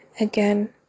again